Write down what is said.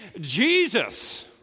Jesus